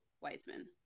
Wiseman